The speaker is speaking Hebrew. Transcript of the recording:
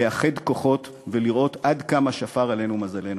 לאחד כוחות ולראות עד כמה שפר עלינו מזלנו.